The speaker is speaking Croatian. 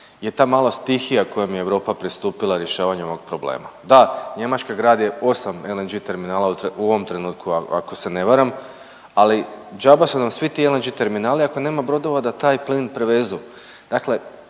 je ta mala stihija kojom je Europa pristupila rješavanju ovog problema. Da, Njemačka gradi 8 LNG terminala u ovom trenutku ako se ne varam, ali džaba su nam svi ti LNG terminali ako nema brodova da taj plin prevezu.